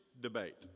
debate